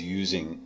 using